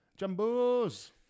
Jambos